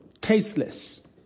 tasteless